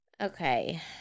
Okay